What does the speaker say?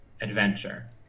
adventure